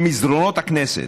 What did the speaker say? במסדרונות הכנסת,